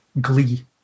glee